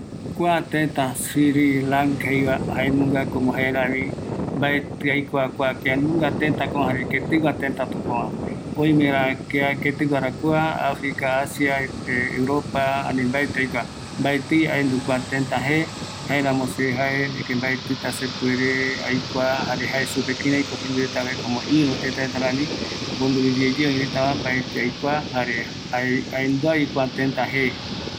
﻿Kua teta Sri Lanka jeiva, jaenunga como jaerari mbaeti aikua kianunga teta ko, jare ketigua tetako kua, oimera kua africa, asia europa ani mbaeti aendu kua teta je, jaeramo se jae mbaetita se puere aikua jare jae supe kireiko iru teta rami, mbaeti aikua jare aenduavi kua teta je.